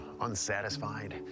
unsatisfied